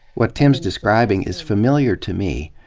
what tim's describing is familiar to me,